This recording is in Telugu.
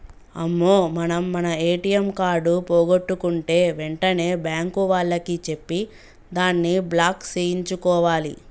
అమ్మో మనం మన ఏటీఎం కార్డు పోగొట్టుకుంటే వెంటనే బ్యాంకు వాళ్లకి చెప్పి దాన్ని బ్లాక్ సేయించుకోవాలి